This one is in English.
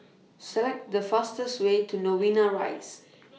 Select The fastest Way to Novena Rise